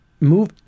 move